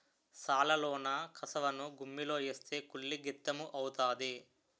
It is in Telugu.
సాలలోన కసవను గుమ్మిలో ఏస్తే కుళ్ళి గెత్తెము అవుతాది